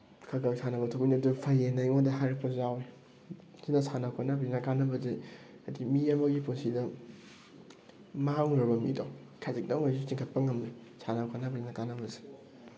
ꯈꯔ ꯈꯔ ꯁꯥꯟꯅꯕ ꯊꯣꯛꯃꯤꯟꯅꯕꯗꯨ ꯐꯩ ꯑꯅ ꯑꯩꯉꯣꯟꯗ ꯍꯥꯏꯔꯛꯄꯁꯨ ꯌꯥꯎꯋꯦ ꯁꯤꯅ ꯁꯥꯟꯅ ꯈꯣꯠꯅꯕꯁꯤꯅ ꯀꯥꯟꯅꯕꯁꯦ ꯍꯥꯏꯗꯤ ꯃꯤ ꯑꯃꯒꯤ ꯄꯨꯟꯁꯤꯗ ꯃꯥꯡꯉꯨꯔꯕ ꯃꯤꯗꯣ ꯈꯖꯤꯛꯇꯪ ꯑꯣꯏꯔꯁꯨ ꯆꯤꯡꯈꯠꯄ ꯉꯝꯃꯤ ꯁꯥꯟꯅ ꯈꯣꯠꯅꯕꯁꯤꯅ ꯀꯥꯟꯅꯕꯁꯦ